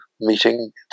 meeting